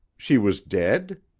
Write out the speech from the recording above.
she was dead?